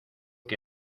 que